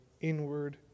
inward